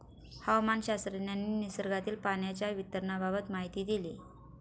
हवामानशास्त्रज्ञांनी निसर्गातील पाण्याच्या वितरणाबाबत माहिती दिली